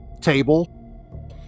table